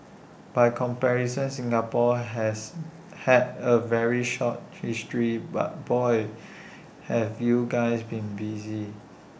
by comparison Singapore has had A very short history but boy have you guys been busy